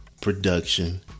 production